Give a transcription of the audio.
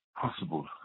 possible